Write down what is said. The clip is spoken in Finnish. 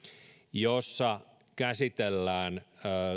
jossa käsitellään